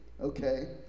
Okay